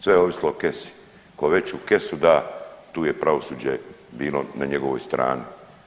Sve je ovisilo o kesi, ko veću kesu da tu je pravosuđe bilo na njegovoj strani.